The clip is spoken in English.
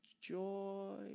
joy